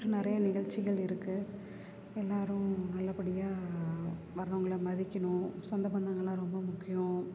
நிறைய நிகழ்ச்சிகள் இருக்குது எல்லாேரும் நல்லபடியாக வர்றவங்களை மதிக்கணும் சொந்த பந்தங்களெலாம் ரொம்ப முக்கியம்